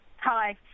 Hi